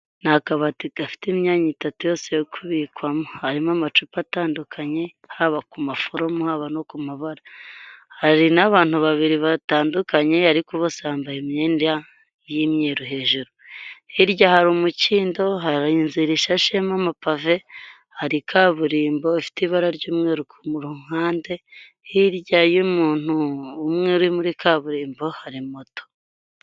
Ni akabati gafite imyanya itatu yose yo kubikwamo harimo amacupa atandukanye haba ku maforomo haba no ku mabara hari n'abantu babiri batandukanye ariko bose yambaye imyenda y'imyerohe, hejuru hirya hari umukindo hari inzira ishashemo amapavein hari kaburimbo ifite ibara ry'umweru mu ru mpande hirya y'umuntu umwe uri muri kaburimbo hari moto.